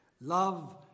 Love